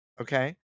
okay